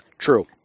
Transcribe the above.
True